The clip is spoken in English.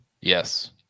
Yes